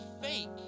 Fake